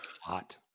hot